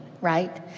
right